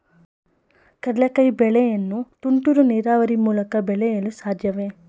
ಕಡ್ಲೆಕಾಯಿ ಬೆಳೆಯನ್ನು ತುಂತುರು ನೀರಾವರಿ ಮೂಲಕ ಬೆಳೆಯಲು ಸಾಧ್ಯವೇ?